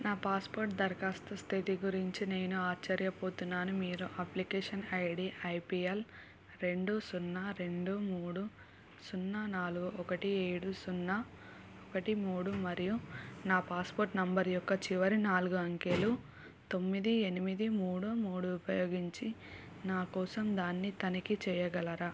నా పాస్పోర్ట్ దరఖాస్తు స్థితి గురించి నేను ఆశ్చర్యపోతున్నాను మీరు అప్లికేషన్ ఐడీ ఐపీఎల్ రెండు సున్నా రెండు మూడు సున్నా నాలుగు ఒకటి ఏడు సున్నా ఒకటి మూడు మరియు నా పాస్పోర్ట్ నంబర్ యొక్క చివరి నాలుగు అంకెలు తొమ్మిది ఎనిమిది మూడు మూడు ఉపయోగించి నా కోసం దాన్ని తనిఖీ చేయగలరా